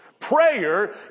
Prayer